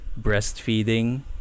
breastfeeding